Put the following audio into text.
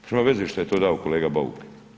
Pa nema veze šta je to dao kolega Bauk.